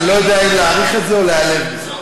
אני לא יודע אם להעריך את זה או להיעלב מזה.